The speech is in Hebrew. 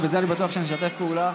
ובזה אני בטוח שנשתף פעולה,